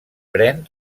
pren